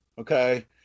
okay